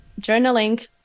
journaling